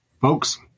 folks